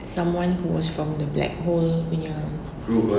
someone who was from the black hole punya